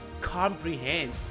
comprehend